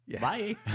Bye